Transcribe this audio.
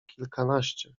kilkanaście